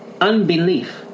unbelief